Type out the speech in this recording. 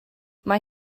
mae